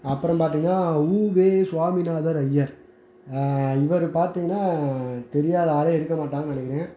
அப்புறோம் பார்த்தீங்கனா உவே சுவாமிநாத ஐயர் இவர் பார்த்தீங்கனா தெரியாத ஆளே இருக்க மாட்டாங்கனு நினைக்கிறேன்